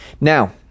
Now